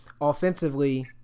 Offensively